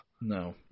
No